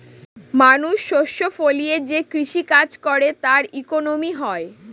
মানুষ শস্য ফলিয়ে যে কৃষি কাজ করে তার ইকোনমি হয়